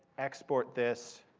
export this